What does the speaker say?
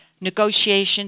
Negotiation